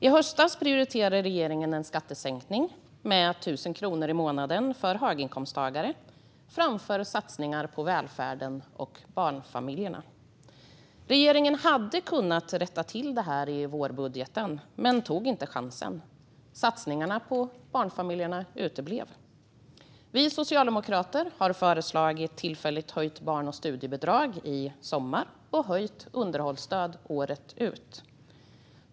I höstas prioriterade regeringen en skattesänkning med 1 000 kronor i månaden för höginkomsttagare framför satsningar på välfärden och barnfamiljerna. Regeringen hade kunnat rätta till det i vårbudgeten men tog inte chansen. Satsningarna på barnfamiljerna uteblev. Vi socialdemokrater har föreslagit tillfälligt höjt barn och studiebidrag i sommar och höjt underhållsstöd året ut.